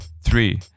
three